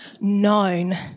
known